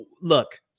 look